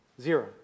Zero